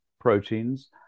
proteins